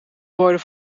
worden